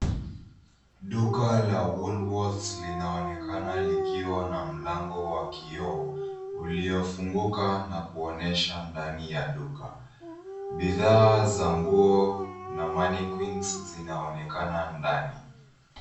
Duka la Woolworths linaonekana likiwa na mlango wa kioo uliofunguka na kuonyesha ndani ya duka. Bidhaa za nguo na mannequins zinaonekana ndani.